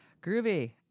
groovy